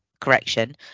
correction